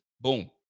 Boom